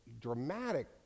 dramatic